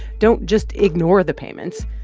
don't just ignore the payments.